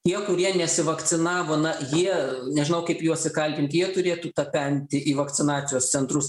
tie kurie nesivakcinavo na jie nežinau kaip juos įkaltint jie turėtų tapenti į vakcinacijos centrus